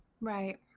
Right